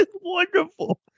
wonderful